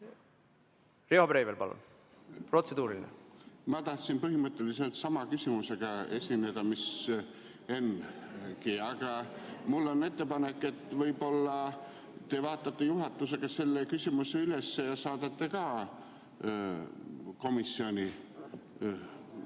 Riho Breivel, palun, protseduuriline! Ma tahtsin põhimõtteliselt sama küsimuse esitada mis Henngi. Aga mul on ettepanek, et võib-olla te vaatate juhatusega selle küsimuse üle ja saadate ka komisjoni